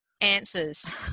answers